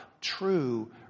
true